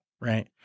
right